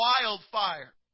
wildfire